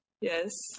Yes